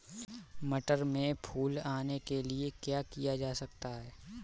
मटर में फूल आने के लिए क्या किया जा सकता है?